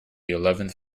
eleventh